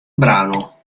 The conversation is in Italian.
brano